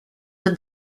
had